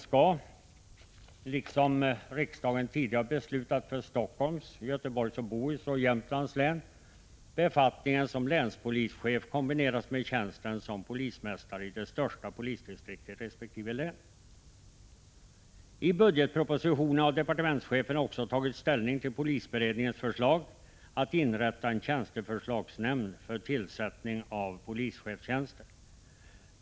1985/86:113 skall — riksdagen har tidigare beslutat att samma sak skall gälla för 10 april 1986 Helsingforss län, för Göteborgs och Bohus län samt för Jämtlands län — befattningen som länspolischef kombineras med tjänsten som polismästare i det största polisdistriktet i resp. län. I budgetpropositionen har departementschefen också tagit ställning till polisberedningens förslag om att inrätta en tjänsteförslagsnämnd för tillsättning av polischefstjänster.